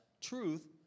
truth